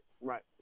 Right